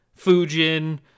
fujin